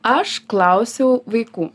aš klausiau vaikų